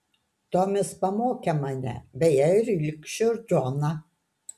tomis pamokė mane beje ir ilgšį džoną